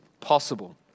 possible